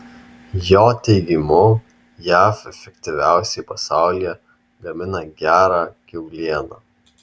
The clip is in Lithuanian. jo teigimu jav efektyviausiai pasaulyje gamina gerą kiaulieną